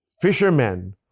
fishermen